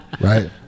right